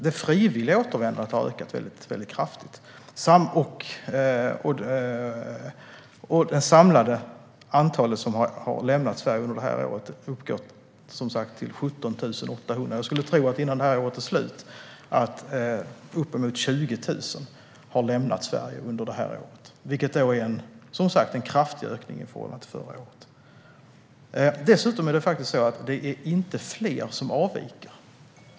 Det frivilliga återvändandet har ökat kraftigt. Det samlade antal som har lämnat Sverige under året uppgår som sagt till 17 800. Jag tror att uppemot 20 000 kommer att ha lämnat Sverige innan året är slut. Det är en kraftig ökning i förhållande till förra året. Dessutom är det inte fler som avviker.